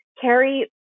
Carrie